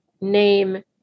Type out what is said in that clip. name